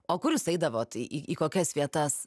o kur jūs eidavot į į į kokias vietas